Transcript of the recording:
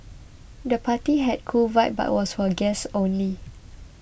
the party had a cool vibe but was for guests only